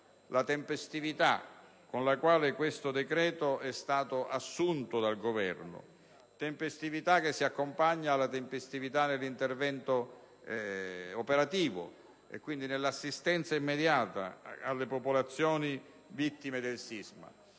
la tempestività con la quale tale provvedimento è stato assunto dal Governo; a ciò si accompagna la tempestività nell'intervento operativo e quindi l'assistenza immediata alle popolazioni vittime del sisma.